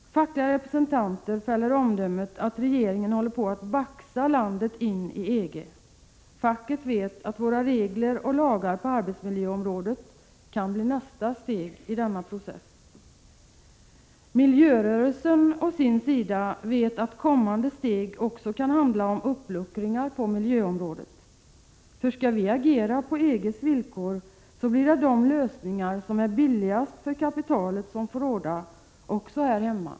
Fackliga representanter fäller omdömet att regeringen håller på att baxa landet ini EG. Facket vet att våra regler och lagar på arbetsmiljöområdet kan bli nästa steg i denna process. Miljörörelsen å sin sida vet att kommande steg också kan handla om uppluckringar på miljöområdet. För om vi skall agera på EG:s villkor blir det de lösningar som är billigast för kapitalet som får råda, också här hemma.